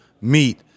meet